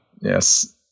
Yes